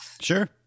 Sure